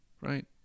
Right